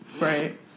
Right